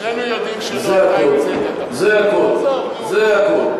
שנינו יודעים, זה הכול, זה הכול.